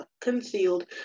concealed